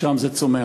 שם זה צומח.